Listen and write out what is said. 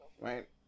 right